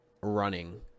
running